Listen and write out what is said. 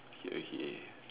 okay okay